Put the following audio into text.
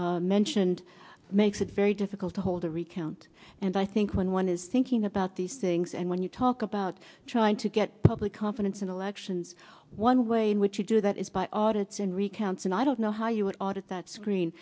seamus mentioned makes it very difficult to hold a recount and i think when one is thinking about these things and when you talk about trying to get public confidence in elections one way in which you do that is by audits and recounts and i don't know how you would audit that screen